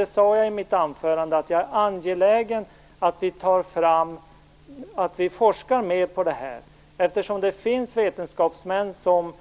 Jag sade i mitt anförande att jag är angelägen att vi forskar mer om det här, eftersom det finns vetenskapsmän som